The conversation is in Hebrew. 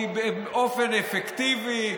כי באופן אפקטיבי,